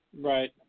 Right